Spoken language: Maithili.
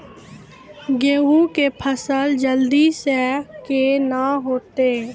गेहूँ के फसल जल्दी से के ना होते?